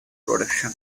production